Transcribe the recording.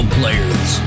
players